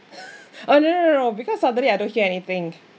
oh no no no because suddenly I don't hear anything